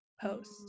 post